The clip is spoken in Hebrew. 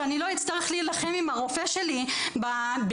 שאני לא אצטרך להילחם עם הרופא שלי בטרם